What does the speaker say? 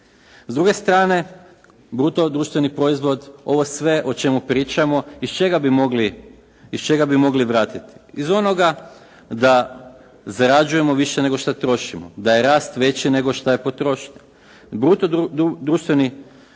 S druge strane, bruto društveni proizvod ovo sve o čemu pričamo, iz čega bi mogli vratiti? Iz onoga da zarađujemo više nego što trošimo, da je rast veći nego što je potrošnja. Bruto društveni proizvod